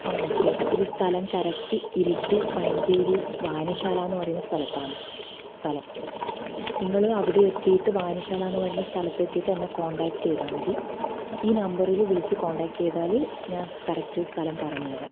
ആ ഓക്കേ ഇത് സ്ഥലം കറക്റ്റ് ഇരിട്ടി പയഞ്ചേരി വായനശാലന്ന് പറയുന്ന സ്ഥലത്താണ് സ്ഥലം നിങ്ങൾ അവിടെ എത്തിയിട്ട് വായനശാല ന്ന് പറയുന്ന സ്ഥലത്ത് എത്തിയിട്ട് എന്നെ കോൺടാക്ട് ചെയ്താൽ മതി ഈ നമ്പറിൽ വിളിച്ച് കോൺടാക്ട് ചെയ്താൽ ഞാൻ കറക്റ്റ് സ്ഥലം പറഞ്ഞു തരാം